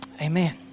Amen